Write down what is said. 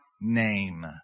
name